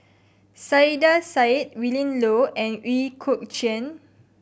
Saiedah Said Willin Low and Ooi Kok Chuen